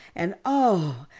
and oh,